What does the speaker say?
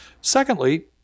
Secondly